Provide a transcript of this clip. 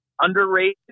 underrated